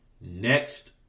next